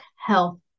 health